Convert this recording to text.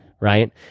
right